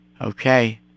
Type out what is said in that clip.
Okay